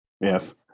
Yes